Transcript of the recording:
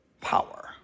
power